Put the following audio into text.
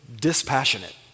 dispassionate